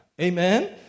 Amen